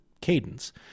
cadence